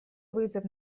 вызов